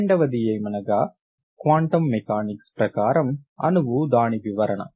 రెండవది ఏమనగా quantum mechanics ప్రకారం అణువు దాని వివరణ